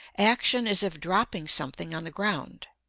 action as if dropping something on the ground